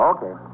Okay